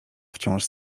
wciąż